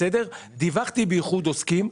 דיווחתי באיחוד עוסקים,